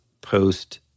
post-